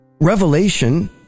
Revelation